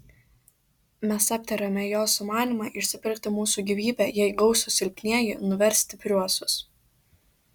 mes aptarėme jo sumanymą išsipirkti mūsų gyvybę jei gausūs silpnieji nuvers stipriuosius